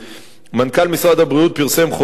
מנכ"ל משרד הבריאות פרסם חוזר שקובע